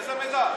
איזה מידע?